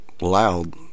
loud